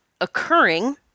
occurring